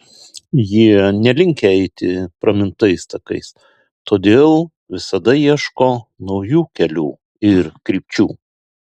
jie nelinkę eiti pramintais takais todėl visada ieško naujų kelių ir krypčių